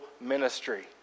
ministry